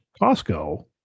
Costco